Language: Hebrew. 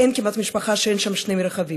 אין כמעט משפחה שאין לה שני רכבים.